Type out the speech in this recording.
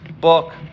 book